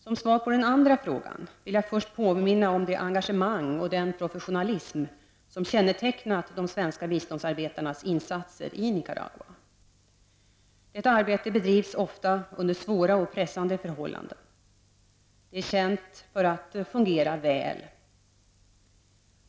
Som svar på den andra frågan vill jag först påminna om det engagemang och den professionalism som kännetecknat de svenska biståndsarbetarnas insatser i Nicaragua. Detta arbete bedrivs ofta under svåra och pressande förhållanden. Det är känt för att fungera väl.